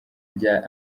rya